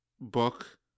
book